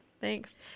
thanks